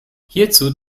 hierzu